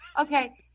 Okay